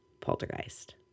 Poltergeist